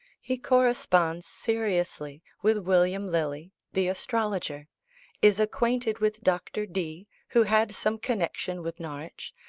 he corresponds seriously with william lily, the astrologer is acquainted with dr. dee, who had some connexion with norwich,